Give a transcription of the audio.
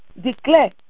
declare